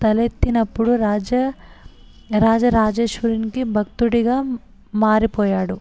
తలెత్తినప్పుడు రాజ రాజరాజేశ్వరునికి భక్తుడిగా మారిపోయాడు